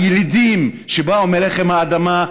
הילידים שבאו מרחם האדמה,